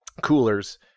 coolers